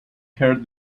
heard